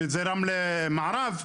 שזה רמלה מערב,